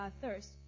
thirst